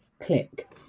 click